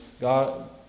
God